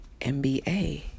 MBA